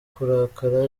kurakara